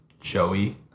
Joey